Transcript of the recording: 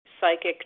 psychic